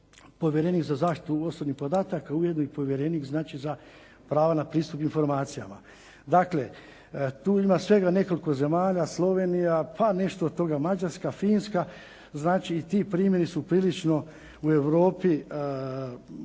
povjerenik za zaštitu osobnih podataka ujedno i povjerenik za prava na pristup informacijama. Dakle, tu ima svega nekoliko zemalja Slovenija, pa nešto od toga Mađarska, Finska znači ti primjeri su prilično u Europi